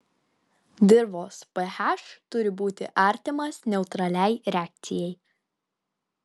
dirvos ph turi būti artimas neutraliai reakcijai